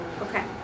Okay